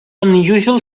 unusual